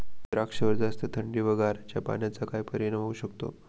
द्राक्षावर जास्त थंडी व गारांच्या पावसाचा काय परिणाम होऊ शकतो?